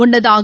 முன்னதாக